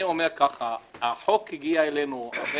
עבד אל חכים חאג' יחיא (הרשימה המשותפת): החוק הגיע אלינו אחרי